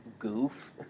goof